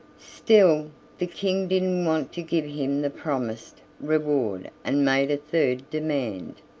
still the king didn't want to give him the promised reward and made a third demand.